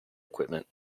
equipment